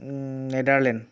Netherland